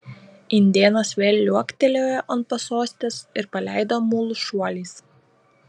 indėnas vėl liuoktelėjo ant pasostės ir paleido mulus šuoliais